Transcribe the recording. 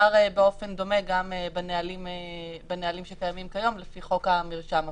באופן דומה גם בנהלים שקיימים כיום לפי חוק המרשם הפלילי.